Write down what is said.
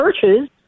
churches